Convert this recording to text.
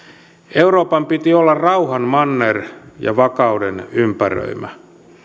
euroopan piti olla rauhan manner ja vakauden ympäröimä